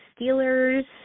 Steelers